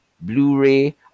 Blu-ray